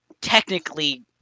technically